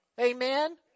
amen